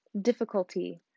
difficulty